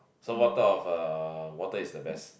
so what type of uh water is the best